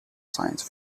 science